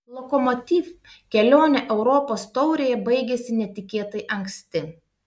lokomotiv kelionė europos taurėje baigėsi netikėtai anksti